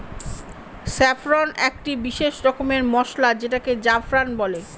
saffron একটি বিশেষ রকমের মসলা যেটাকে জাফরান বলে